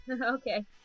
Okay